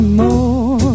more